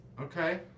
Okay